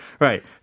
Right